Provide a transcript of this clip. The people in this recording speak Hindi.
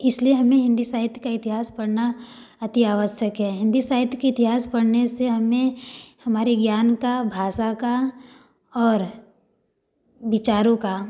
इसलिए हमें हिंदी साहित्य का इतिहास पढ़ना अति आवश्यक है हिंदी साहित्य की इतिहास पढ़ने से हमें हमारे ज्ञान का भाषा का और विचारों का